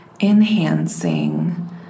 enhancing